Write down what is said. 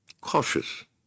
cautious